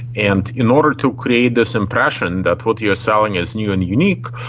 and in order to create this impression that what you are selling is new and unique,